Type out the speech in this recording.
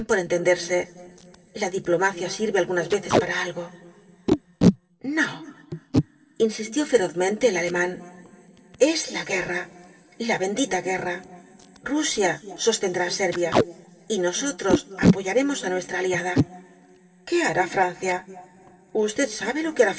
entenderse la diplomacia sirve algunas veces para algo no insistió ferozmente el alemán es la guerra la bendita guerra rusia sostendrá á servia y nosotros apoyaremos á nuestra aliada qué hará francia usted sabe lo que